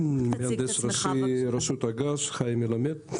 מהנדס ראשי, רשות אג"ת, חיים מלמד.